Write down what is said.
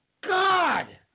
God